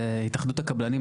התאחדות הקבלנים,